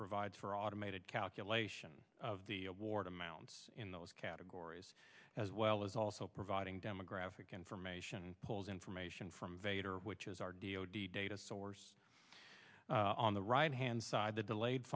provides for automated calculation of the award amounts in those categories as well as also providing demographic information pulls information from vater which is our d o d data source on the right hand side the delayed